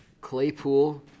Claypool